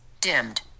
dimmed